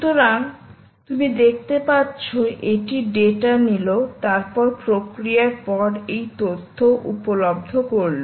সুতরাং তুমি দেখতে পাচ্ছো এটি ডেটা নিল তারপর প্রক্রিয়ার পর এই তথ্য উপলব্ধ করল